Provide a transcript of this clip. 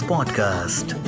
Podcast